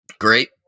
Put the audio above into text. Great